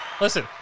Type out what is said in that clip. listen